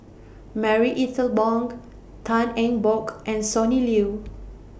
Marie Ethel Bong Tan Eng Bock and Sonny Liew